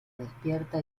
despierta